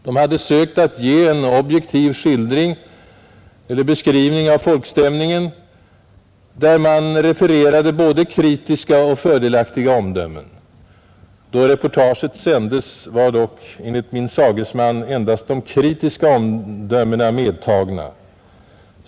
De hade försökt ge en objektiv beskrivning av folkstämningen, där de refererade både kritiska och fördelaktiga omdömen. Då reportaget sändes var dock enligt min sagesman endast de kritiska omdömena medtagna.